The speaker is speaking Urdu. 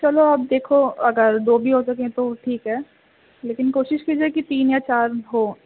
چلو آب دیکھو اگر دو بھی ہو سکیں تو ٹھیک ہے لیکن کوشش کیجیے کہ تین یا چار ہوں